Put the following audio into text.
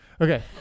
Okay